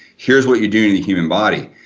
here's what you're doing in the human body.